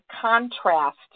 contrast